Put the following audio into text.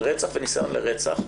של רצח וניסיון לרצח,